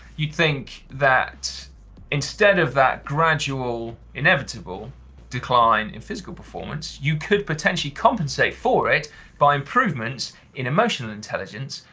you'd think that instead of that gradual, inevitable decline in physical performance, you could potentially compensate for it by improvements in emotional intelligence,